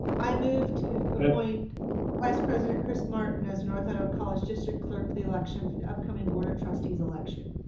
i move to appoint vice president chris martin as north idaho college district clerk of the election for the upcoming board of trustees election.